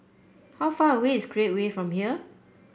how far away is Create Way from here